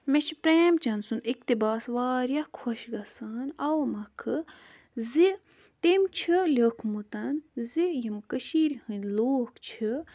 مےٚ چھِ پرٛہم چند سُنٛد اِقتِباس واریاہ خۄش گژھان اَوٕ مکھٕ زِ تٔمۍ چھِ لیوکھمُت زِ یِم کٔشیٖرِ ہٕنٛدۍ لوٗکھ چھِ